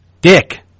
Dick